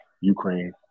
Ukraine